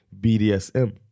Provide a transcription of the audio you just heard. BDSM